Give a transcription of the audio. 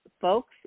folks